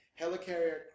helicarrier